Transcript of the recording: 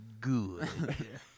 Good